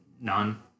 None